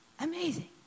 Amazing